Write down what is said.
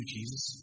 Jesus